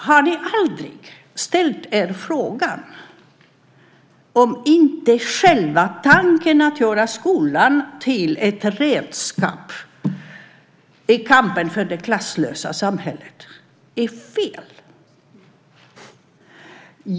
Har ni aldrig ställt er frågan om inte själva tanken att göra skolan till ett redskap i kampen för det klasslösa samhället är fel?